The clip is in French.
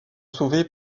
sauvés